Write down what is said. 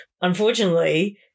Unfortunately